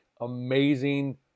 amazing